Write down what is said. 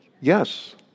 Yes